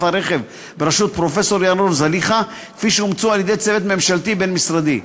הרכב בראשות פרופסור ירון זליכה כפי שאומצו על-ידי צוות ממשלתי בין-משרדי.